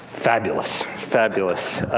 fabulous, fabulous.